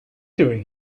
doing